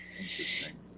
Interesting